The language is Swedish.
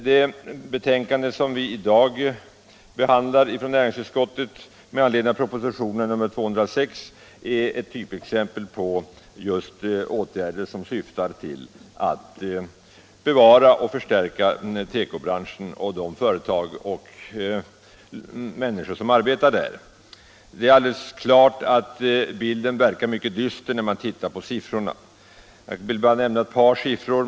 Det betänkande som vi i dag behandlar från näringsutskottet med anledning av propositionen nr 206 innehåller typexempel på just sådana åtgärder som syftar till att bevara och förstärka tekobranschen, till fromma för de företag och människor som arbetar där. Det är alldeles klart att bilden verkar mycket dyster när man ser på statistiksiffrorna över utvecklingen i branschen. Jag vill bara nämna ett par siffror.